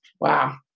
Wow